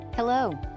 Hello